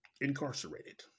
incarcerated